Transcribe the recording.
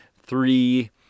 Three